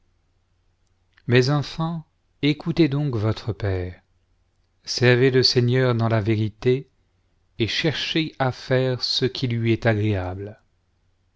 mes enfants écoutez donc votre père servez le seigneur dans la vérité et cherchez à faire ce qui lui est agréable